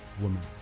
woman